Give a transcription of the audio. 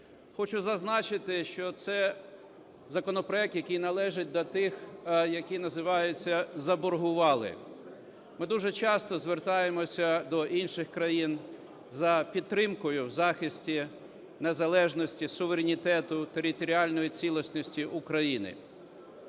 Хочу зазначити, що це законопроект, який належить до тих, які називаються "заборгували". Ми дуже часто звертаємося до інших країн за підтримкою в захисті незалежності, суверенітету, територіальної цілісності України,